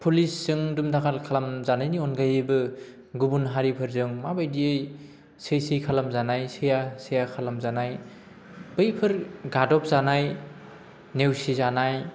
पुलिसजों दुमदाखाल खालाम जानायनि अनगायैबो गुबुन हारिफोरजों माबायदियै सै सै खालाम जानाय नायनो सैया सैया खालामजानाय बैफोर गादबजानाय नेवसिजानाय